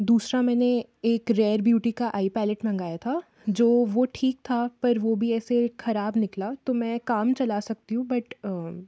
दूसरा मैंने एक रेयर ब्यूटी का आई पलेट मंगाया था जो वो ठीक था पर वो भी ऐसे खराब निकला तो मैं काम चला सकती हूँ बट